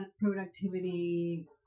productivity